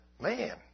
man